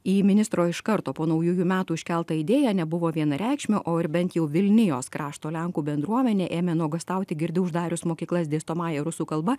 į ministro iš karto po naujųjų metų iškeltą idėją nebuvo vienareikšmio o ir bent jau vilnijos krašto lenkų bendruomenė ėmė nuogąstauti girdi uždarius mokyklas dėstomąja rusų kalba